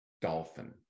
dolphin